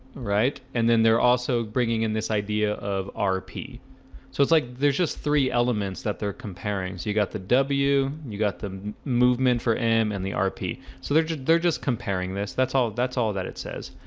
right and then they're also bringing in this idea of rp so it's like there's just three elements that they're comparing so you got the w you got the movement for m and the rp so they're just they're just comparing this that's all that's all that it says.